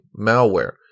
malware